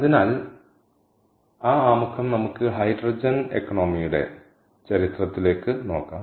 അതിനാൽ ആ ആമുഖം നമുക്ക് ഹൈഡ്രജൻ സമ്പദ്വ്യവസ്ഥയുടെ ചരിത്രത്തിലേക്ക് നോക്കാം